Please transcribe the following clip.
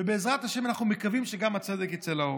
ובעזרת השם אנחנו מקווים שהצדק יצא לאור.